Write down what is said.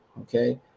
okay